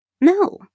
No